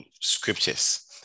scriptures